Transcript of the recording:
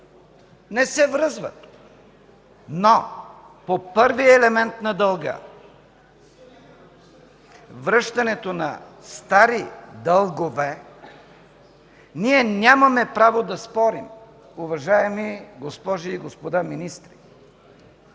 Не се връзват! Но по първия елемент на дълга – връщаното на стари дългове, ние нямаме право да спорим, уважаеми госпожи и господа министри,